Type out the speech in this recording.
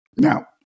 Now